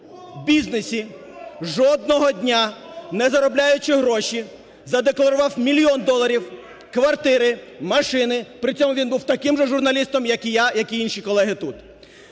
у бізнесі, жодного дня не заробляючи гроші, задекларував мільйон доларів, квартири, машини, при цьому він був таким же журналістом, як і я, як і інші колеги тут.